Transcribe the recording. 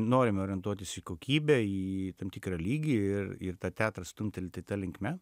norime orientuotis į kokybę į tam tikrą lygį ir ir tą teatrą stumtelti ta linkme